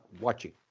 watching